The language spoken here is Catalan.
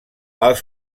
els